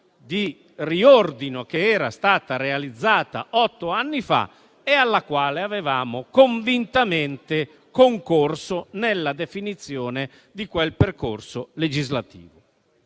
di riordino realizzata otto anni fa, alla quale avevamo convintamente concorso nella definizione di quel percorso legislativo.